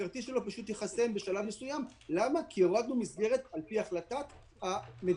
הכרטיס שלו פשוט ייחסם בשלב מסוים כי הורדנו מסגרת על פי החלטת המדינה.